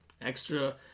Extra